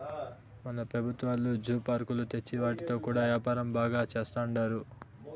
మన పెబుత్వాలు జూ పార్కులు తెచ్చి వాటితో కూడా యాపారం బాగా సేత్తండారు